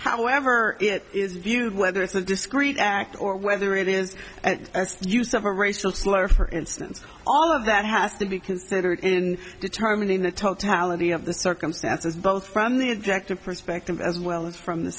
however it is viewed whether it's a discreet act or whether it is use of a racial slur for instance all of that has to be considered in determining the totality of the circumstances both from the objective perspective as well as from the